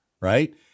right